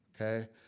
Okay